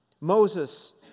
Moses